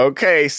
Okay